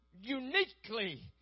uniquely